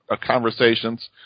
conversations